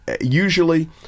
usually